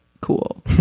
cool